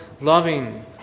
loving